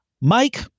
Mike